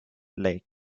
lake